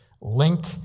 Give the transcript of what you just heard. link